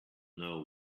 know